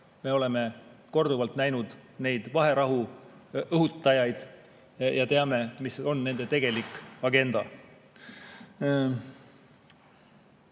Me oleme korduvalt näinud neid vaherahu õhutajaid ja teame, mis on nende tegelik agenda.